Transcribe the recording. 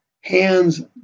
hands